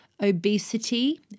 obesity